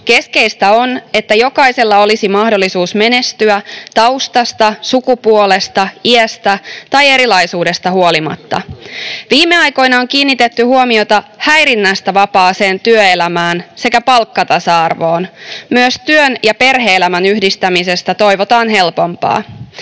Keskeistä on, että jokaisella olisi mahdollisuus menestyä taustasta, sukupuolesta, iästä tai erilaisuudesta huolimatta. Viime aikoina on kiinnitetty huomiota häirinnästä vapaaseen työelämään sekä palkkatasa-arvoon. Myös työn ja perhe-elämän yhdistämisestä toivotaan helpompaa.